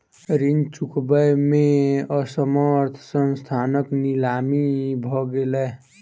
ऋण चुकबै में असमर्थ संस्थानक नीलामी भ गेलै